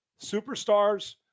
Superstars